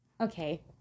okay